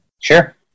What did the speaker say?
Sure